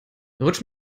rutsch